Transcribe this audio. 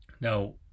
Now